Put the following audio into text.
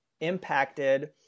impacted